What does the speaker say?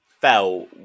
fell